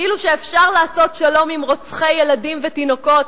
כאילו אפשר לעשות שלום עם רוצחי ילדים ותינוקות,